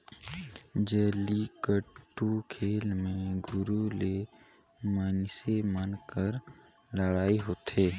जल्लीकट्टू खेल मे गोरू ले मइनसे मन कर लड़ई होथे